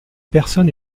personne